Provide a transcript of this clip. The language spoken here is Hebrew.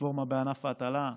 רפורמה בענף ההטלה,